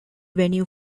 venue